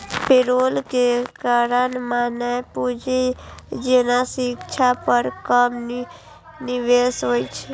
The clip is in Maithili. पेरोल के कारण मानव पूंजी जेना शिक्षा पर कम निवेश होइ छै